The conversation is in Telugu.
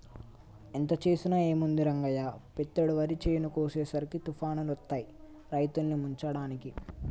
ఎంత చేసినా ఏముంది రంగయ్య పెతేడు వరి చేను కోసేసరికి తుఫానులొత్తాయి రైతుల్ని ముంచడానికి